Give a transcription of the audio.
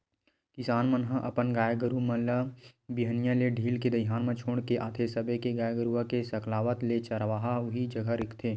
किसान मन ह अपन गाय गरु मन ल बिहनिया ले ढील के दईहान म छोड़ के आथे सबे के गाय गरुवा के सकलावत ले चरवाहा उही जघा रखथे